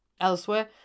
Elsewhere